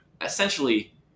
essentially